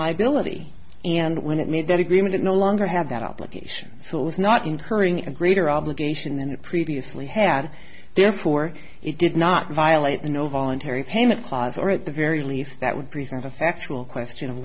liability and when it made that agreement it no longer have that obligation so it was not incurring a greater obligation than it previously had therefore it did not violate the no voluntary payment clause or at the very least that would present a factual question of